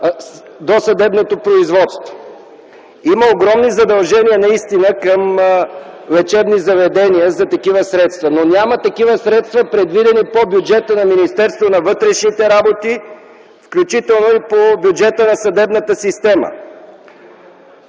досъдебното производство. Наистина има огромни задължения към лечебни заведения за такива средства, но няма такива средства, предвидени по бюджета на Министерството на вътрешните работи, включително и по бюджета на съдебната система.